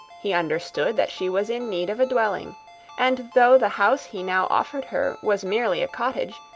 he understood that she was in need of a dwelling and though the house he now offered her was merely a cottage,